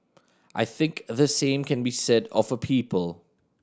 I think the same can be said of a people